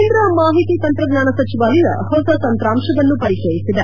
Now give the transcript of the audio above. ಕೇಂದ್ರ ಮಾಹಿತಿ ತಂತ್ರಜ್ಞಾನ ಸಚಿವಾಲಯ ಹೊಸ ತಂತ್ರಾಂಶವನ್ನು ಪರಿಚಯಿಸಿದೆ